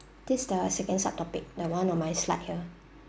this the second subtopic the [one] on my slide here